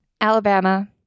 Alabama